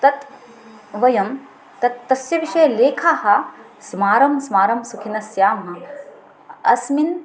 तत् वयं तत् तस्य विषये लेखाः स्मारं स्मारं सुखिनः स्यामः अस्मिन्